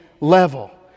level